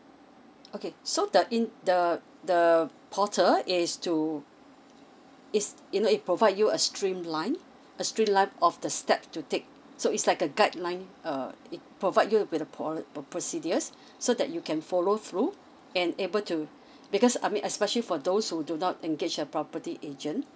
okay so the in the the portal is to is you know it provide you a streamline a streamline of the step to take so it's like a guideline err provide you with a pro~ pro~ procedures so that you can follow through and able to because I mean especially for those who do not engage a property agent